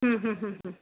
हम्म हम्म हम्म